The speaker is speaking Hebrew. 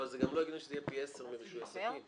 אבל זה גם לא הגיוני שזה יהיה פי 10 ברישוי עסקים.